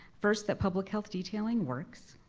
first, that public health detailing works.